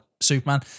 Superman